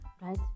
Right